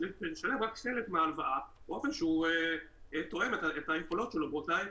לשלם רק חלק מההלוואה באופן שהוא תואם את היכולות שלו באותה עת.